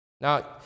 Now